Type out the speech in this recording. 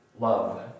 love